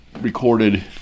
recorded